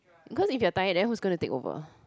cause if you are tired then who is going to take over